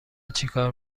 چیکار